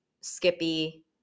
Skippy